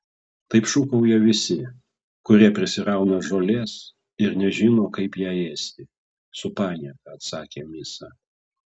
taip šūkauja visi kurie prisirauna žolės ir nežino kaip ją ėsti su panieka atsakė misa